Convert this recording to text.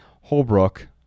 Holbrook